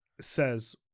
says